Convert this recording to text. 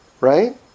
right